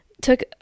took